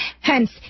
Hence